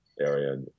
area